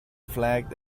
flagged